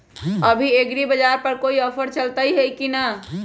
अभी एग्रीबाजार पर कोई ऑफर चलतई हई की न?